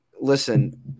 listen